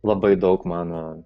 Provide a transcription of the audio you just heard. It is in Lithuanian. labai daug mano